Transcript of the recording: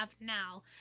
now –